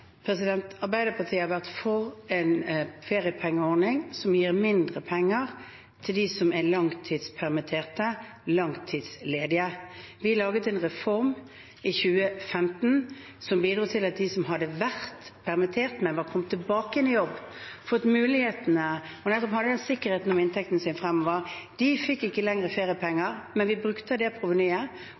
Arbeiderpartiet har vært for en feriepengeordning som gir mindre penger til dem som er langtidspermitterte, langtidsledige. Vi laget en reform i 2015 som bidro til at de som hadde vært permittert, men som var kommet tilbake i jobb, hadde fått muligheten og nettopp hadde den sikkerheten om inntekten sin fremover, ikke lenger fikk feriepenger, men vi brukte av det provenyet,